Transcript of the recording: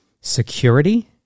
security